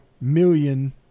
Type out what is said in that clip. million